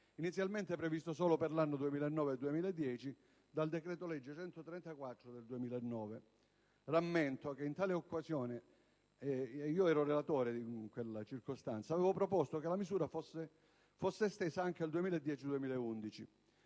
inizialmente previsto solo per l'anno 2009-2010 dal decreto-legge n. 134 del 2009. Rammento che in tale occasione, in qualità di relatore, avevo proposto che la misura fosse estesa anche al 2010-2011,